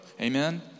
Amen